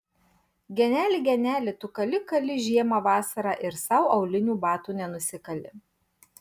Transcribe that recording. geneli geneli tu kali kali žiemą vasarą ir sau aulinių batų nenusikali